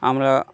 আমরা